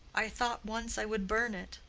i thought once i would burn it.